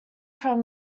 from